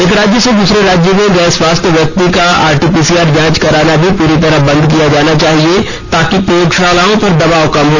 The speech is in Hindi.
एक राज्य से दूसरे राज्य में गए स्वस्थ व्यक्ति का आरटी पीसीआर जांच कराना भी प्ररी तरह बंद किया जाना चाहिए ताकि प्रयोगशालाओं पर दबाव कम हो